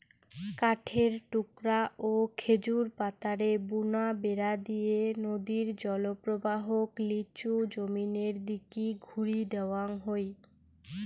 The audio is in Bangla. কাঠের টুকরা ও খেজুর পাতারে বুনা বেড়া দিয়া নদীর জলপ্রবাহক লিচু জমিনের দিকি ঘুরি দেওয়াং হই